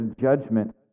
judgment